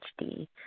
HD